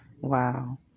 Wow